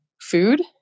food